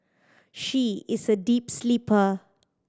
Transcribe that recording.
she is a deep sleeper